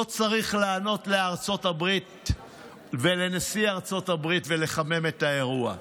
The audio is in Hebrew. לא צריך לענות לארצות הברית ולנשיא ארצות הברית ולחמם את האירוע.